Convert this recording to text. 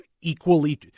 equally